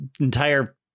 entire